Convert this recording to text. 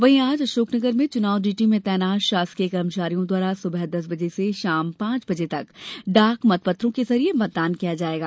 वहीं आज अशोकनगर में चुनाव ड्यूटी में तैनात शासकीय कर्मचारियों द्वारा सुबह दस बजे से शाम पांच बजे तक डाक मत पत्रों के जरिए मतदान किया जायेगा